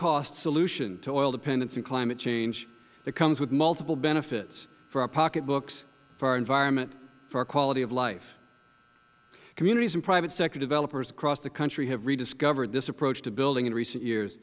cost solution to oil dependence and climate change that comes with multiple benefits for our pocketbooks for our environment and for our quality of life communities and private sector developers across the country have rediscovered this approach to building in recent years